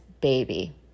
baby